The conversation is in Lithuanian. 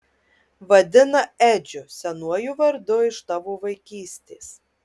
vadina edžiu senuoju vardu iš tavo vaikystės